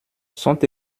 sont